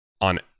on